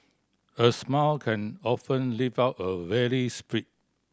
a smile can often lift up a weary spirit